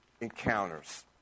encounters